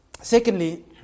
Secondly